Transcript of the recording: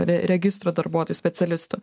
re registro darbuotojų specialistų